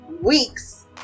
weeks